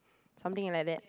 something like that